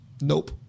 Nope